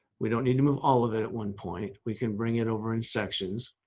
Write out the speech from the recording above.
we don't need to move all of it at one point, we can bring it over in sections.